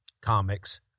comics